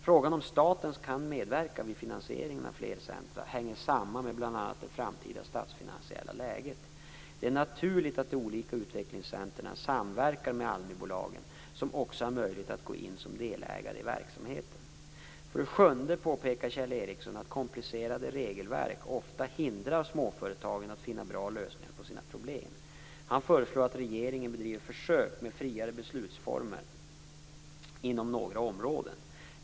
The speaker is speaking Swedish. Frågan om staten kan medverka vid finansiering av fler centrum hänger samman med bl.a. det framtida statsfinansiella läget. Det är naturligt att de olika utvecklingscentrumen samverkar med ALMI-bolagen, som också har möjlighet att gå in som delägare i verksamheten. För det sjunde påpekar Kjell Ericsson att komplicerade regelverk ofta hindrar småföretagen att finna bra lösningar på sina problem. Han föreslår att regeringen bedriver försök med friare beslutsformer inom några områden.